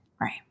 Right